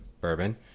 Bourbon